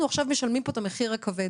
אנחנו עכשיו משלמים פה את המחיר הכבד